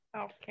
Okay